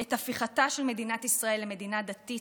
את הפיכתה של מדינת ישראל למדינה דתית,